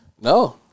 No